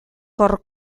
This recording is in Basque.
hor